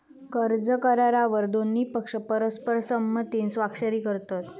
कर्ज करारावर दोन्ही पक्ष परस्पर संमतीन स्वाक्षरी करतत